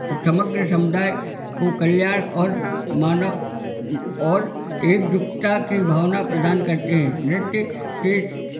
समग्र समुदाय को कल्याण और मानव और एकजुटता की भावना प्रदान करते हैं नृत्य के